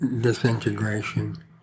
disintegration